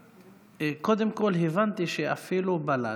קודם כול, הבנתי שאפילו בל"ד,